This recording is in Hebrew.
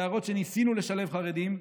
להראות שניסינו לשלב חרדים,